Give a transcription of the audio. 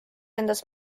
endas